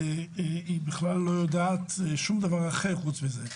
והיא לא יודעת שום דבר אחר חוץ מזה.